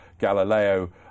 Galileo